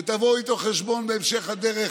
ותבואו איתו חשבון בהמשך הדרך,